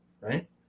right